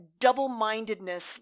double-mindedness